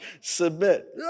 Submit